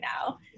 now